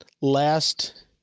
last